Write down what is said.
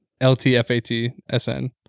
L-T-F-A-T-S-N